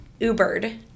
Ubered